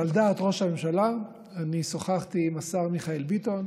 על דעת ראש הממשלה אני שוחחתי עם השר מיכאל ביטון,